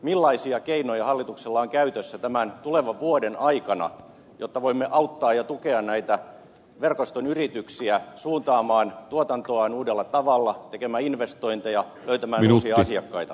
millaisia keinoja hallituksella on käytössään tulevan vuoden aikana jotta voimme auttaa ja tukea näitä verkoston yrityksiä suuntaamaan tuotantoaan uudella tavalla tekemään investointeja löytämään uusia asiakkaita